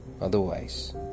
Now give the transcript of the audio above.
otherwise